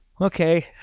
okay